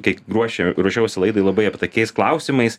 kai ruošė ruošiausi laidai labai aptakiais klausimais